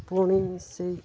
ପୁଣି ସେଇ